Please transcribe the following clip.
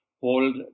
hold